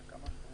וחלקם,